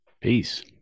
Peace